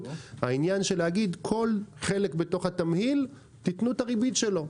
העניין של לומר: כל חלק בתוך התמהיל תנו את הריבית שלו.